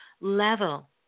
level